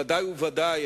ודאי ובוודאי,